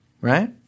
Right